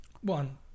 one